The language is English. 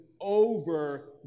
over